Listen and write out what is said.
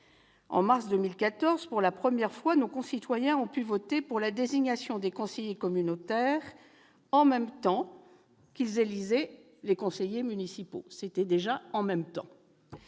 de mars 2014, pour la première fois, nos concitoyens ont pu voter pour la désignation des conseillers communautaires, en même temps qu'ils élisaient les conseillers municipaux. C'était déjà « en même temps